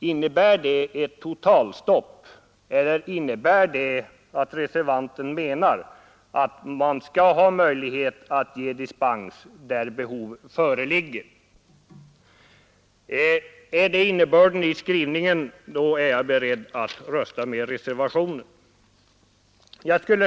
Innebär det ett totalstopp? Eller menar reservanten att möjligheter skall finnas att ge dispens när behov därav föreligger? Om det senare är innebörden av skrivningen, så är jag beredd att rösta med reservationen.